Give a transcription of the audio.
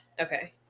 okay